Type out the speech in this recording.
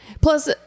plus